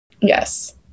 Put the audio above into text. Yes